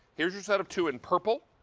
here is your set of two in purple,